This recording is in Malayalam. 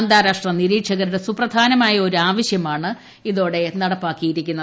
അന്താരാഷ്ട്ര നിരീക്ഷകരുടെ സുപ്രധാനമായ ഒരു ആവശ്യമാണ് ഇതോടെ നടപ്പാക്കിയിരിക്കുന്നത്